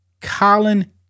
Colin